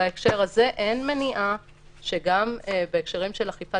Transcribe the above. בהקשר הזה אין מניעה שגם בהקשרים של אכיפת